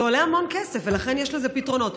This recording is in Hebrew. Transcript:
זה עולה המון כסף, ולכן יש לזה פתרונות.